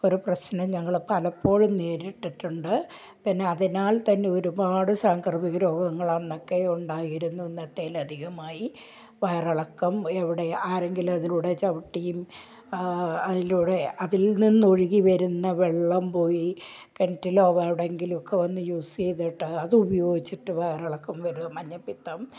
ഒരു പ്രശ്നം ഞങ്ങള് പലപ്പോഴും നേരിട്ടിട്ടുണ്ട് പിന്നെ അതിനാൽ തന്നെ ഒരുപാട് സാംക്രമിക രോഗങ്ങൾ അന്നൊക്കെ ഉണ്ടായിരുന്നു ഇന്നത്തേലധികമായി വയറിളക്കം എവിടെ ആരെങ്കിലും അതിലൂടെ ചവിട്ടിയും ആ അതിലൂടെ അതിൽ നിന്ന് ഒഴുകി വരുന്ന വെള്ളം പോയി കിണറ്റിലോ വ അവിടെങ്കിലും ഒക്കെ വന്ന് യൂസ് ചെയ്തിട്ട് അത് ഉപയോഗിച്ചിട്ട് വയറിളക്കം വരും മഞ്ഞപ്പിത്തം